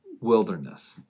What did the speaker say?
Wilderness